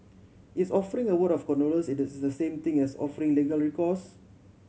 is offering a word of condolence it the same thing as offering legal recourse